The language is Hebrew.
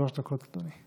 שלוש דקות, אדוני.